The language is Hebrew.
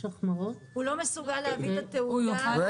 הוא לא מסוגל להביא את ה --- רגע.